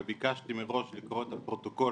אבל ביקשתי מהיושבת ראש לקרוא את הפרוטוקול